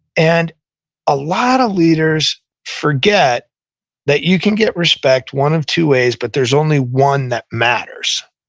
and a lot of leaders forget that you can get respect one of two ways, but there's only one that matters